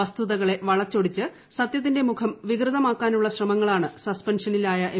വസ്തുതകളെ വളച്ചൊടിച്ച് സത്യത്തിന്റെ മുഖം വികൃതമാക്കാനുള്ള ശ്രമങ്ങളാണ് സസ്പെൻഷനിലായ എം